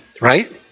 right